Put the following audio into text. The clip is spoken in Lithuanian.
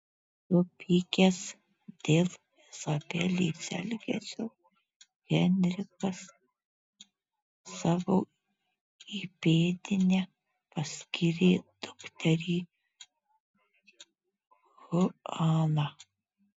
supykęs dėl izabelės elgesio henrikas savo įpėdine paskyrė dukterį chuaną